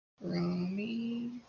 Rami